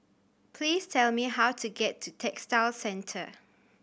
please tell me how to get to Textile Centre